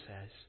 says